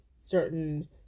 certain